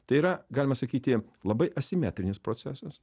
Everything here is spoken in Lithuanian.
tai yra galima sakyti labai asimetrinis procesas